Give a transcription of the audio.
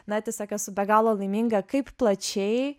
na tiesiog esu be galo laiminga kaip plačiai